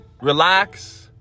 relax